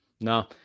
No